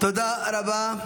תודה רבה.